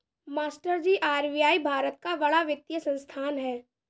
मास्टरजी आर.बी.आई भारत का बड़ा वित्तीय संस्थान है